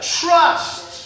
trust